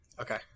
Okay